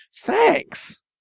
Thanks